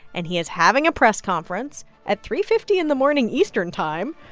and he is having a press conference at three fifty in the morning eastern time.